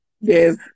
Yes